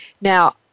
Now